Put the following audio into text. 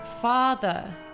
Father